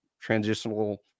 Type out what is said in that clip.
transitional